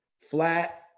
flat